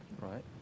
Right